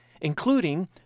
including